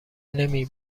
نمی